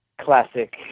classic